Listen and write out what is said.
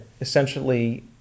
essentially